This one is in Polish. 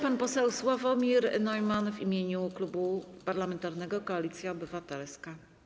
Pan poseł Sławomir Neumann w imieniu Klubu Parlamentarnego Koalicja Obywatelska.